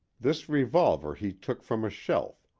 this revolver he took from a shelf,